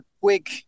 quick